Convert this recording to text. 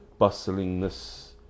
bustlingness